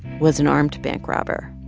was an armed bank robber